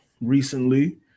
recently